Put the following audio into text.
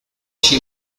she